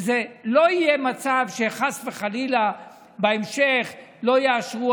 שלא יהיה מצב שחס וחלילה בהמשך לא יאשרו